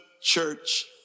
church